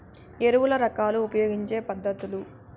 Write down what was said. ఎరువుల రకాలు ఉపయోగించే పద్ధతులు?